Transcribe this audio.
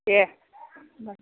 दे होनबा